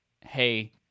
hey